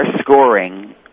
scoring